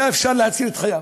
היה אפשר להציל את חייו.